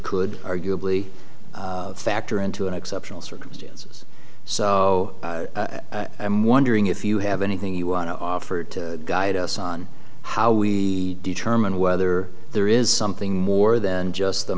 could arguably factor into an exceptional circumstances so i'm wondering if you have anything you want to offer to guide us on how we determine whether there is something more than just the